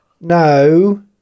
No